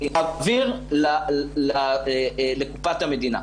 --- להעביר לקופת המדינה,